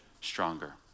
stronger